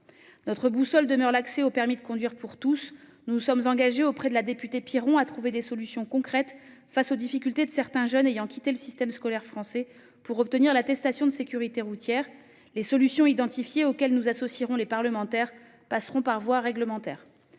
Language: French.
Notre boussole demeure l'accès au permis de conduire pour tous. Nous nous sommes engagés auprès de la députée Piron à trouver des solutions concrètes face aux difficultés de certains jeunes ayant quitté le système scolaire français pour obtenir l'attestation de sécurité routière (ASR). Les solutions identifiées, auxquelles nous associerons les parlementaires, passeront par la voie réglementaire.